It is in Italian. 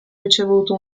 ricevuto